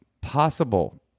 possible